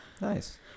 Nice